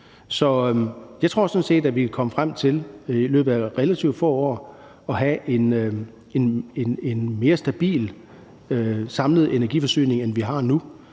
Så jeg tror sådan set, at vi i løbet af relativt få år kan komme frem til at have en mere stabil samlet energiforsyning, end vi har nu.